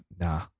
nah